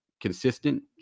consistent